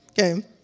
Okay